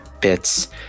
bits